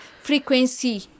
frequency